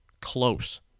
close